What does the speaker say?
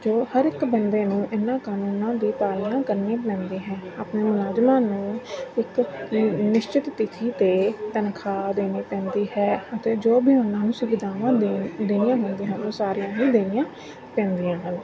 ਜੋ ਹਰ ਇੱਕ ਬੰਦੇ ਨੂੰ ਇਹਨਾਂ ਕਾਨੂੰਨਾਂ ਦੀ ਪਾਲਣਾ ਕਰਨੀ ਪੈਂਦੀ ਹੈ ਆਪਣੇ ਮੁਲਾਜ਼ਮਾਂ ਨੂੰ ਇੱਕ ਨਿਸ਼ਚਿਤ ਤਿਥੀ 'ਤੇ ਤਨਖਾਹ ਦੇਣੀ ਪੈਂਦੀ ਹੈ ਅਤੇ ਜੋ ਵੀ ਉਹਨਾਂ ਨੂੰ ਸੁਵਿਧਾਵਾਂ ਦੇਣ ਦੇਣੀਆਂ ਹੁੰਦੀਆਂ ਹਨ ਉਹ ਸਾਰੀਆਂ ਹੀ ਦੇਣੀਆਂ ਪੈਂਦੀਆਂ ਹਨ